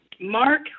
Mark